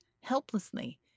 helplessly